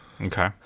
Okay